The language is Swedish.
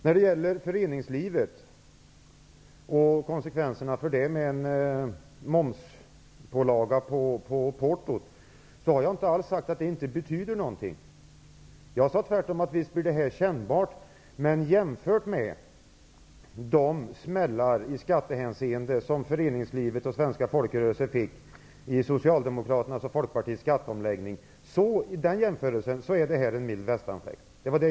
Vad gäller konsekvenserna för föreningslivet av en momspålaga på portot har jag inte alls sagt att det inte betyder något. Jag sade tvärtom att det här visst blir kännbart, men att det jämfört med de skattesmällar som föreningslivet och svenska folkrörelser fick i Socialdemokraternas och Folkpartiets skatteomläggning är en mild västanfläkt.